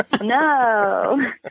No